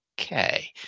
okay